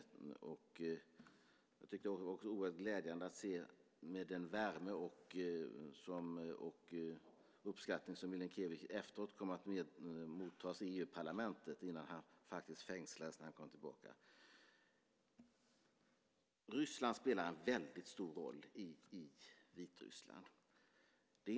Det var också oerhört glädjande att se den värme och uppskattning som Milinkevitj efteråt kom att mottas med i EU-parlamentet - detta innan han, när han kom tillbaka, fängslades. Ryssland spelar en väldigt stor roll i Vitryssland.